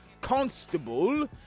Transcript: constable